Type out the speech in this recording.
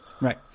right